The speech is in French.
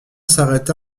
s’arrêta